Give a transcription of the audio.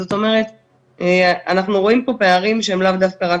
זאת אומרת אנחנו רואים פה פערים שהם לאו דווקא רק